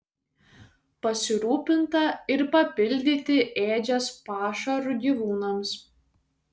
pasirūpinta ir papildyti ėdžias pašaru gyvūnams